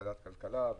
ועדת הכלכלה,